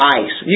ice